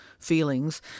feelings